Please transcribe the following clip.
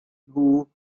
nhw